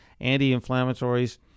anti-inflammatories